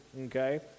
Okay